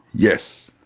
yes.